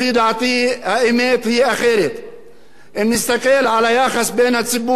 אם נסתכל על היחס בין הציבור הערבי והציבור היהודי נראה